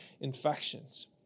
infections